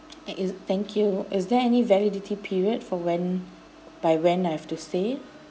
and is thank you is there any validity period for went by when I have to stay